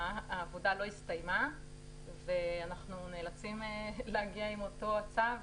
העבודה לא הסתיימה ואנחנו נאלצים להגיע עם אותו צו